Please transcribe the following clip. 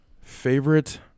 favorite